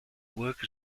work